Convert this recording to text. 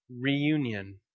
reunion